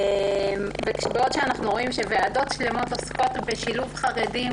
בעוד אנחנו רואים שוועדות שלמות עוסקות בשילוב חרדים